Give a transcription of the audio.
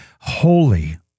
holy